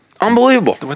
unbelievable